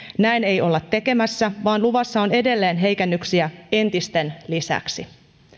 näin ei olla tekemässä vaan luvassa on edelleen heikennyksiä entisten lisäksi